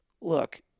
look